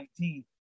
2019